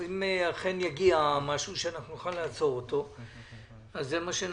אם אכן יגיע משהו שנוכל לעצור אותו, זה מה שנעשה.